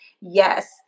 Yes